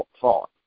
thought